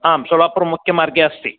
आं शोलापुर् मुख्यमार्गे अस्ति